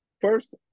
First